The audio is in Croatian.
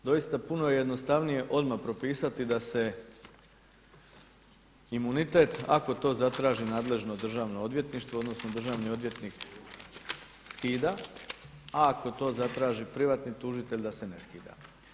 Doista puno je jednostavnije odmah da se imunitet ako to zatraži nadležno državno odvjetništvo odnosno državni odvjetnik skida a ako to zatraži privatni tužitelj da se ne skida.